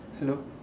hello